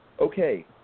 Okay